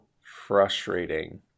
frustrating